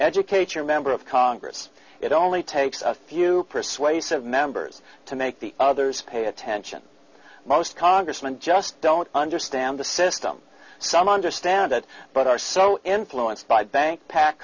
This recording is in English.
educate your member of congress it only takes a few persuasive members to make the others pay attention most congressmen just don't understand the system some understand it but are so influenced by bank pac